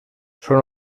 són